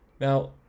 Now